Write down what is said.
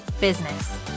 business